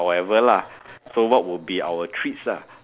or whatever lah so what would be our treats lah